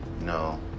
No